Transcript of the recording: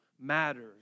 matters